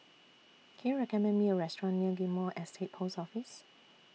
Can YOU recommend Me A Restaurant near Ghim Moh Estate Post Office